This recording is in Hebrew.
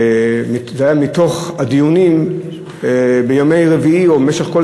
זה היה מתוך הדיונים בימי רביעי או במשך כל